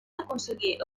aconseguir